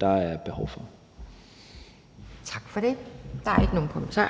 Der er ikke nogen kommentarer.